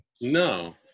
No